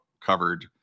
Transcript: covered